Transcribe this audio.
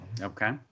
Okay